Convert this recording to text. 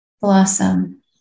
blossom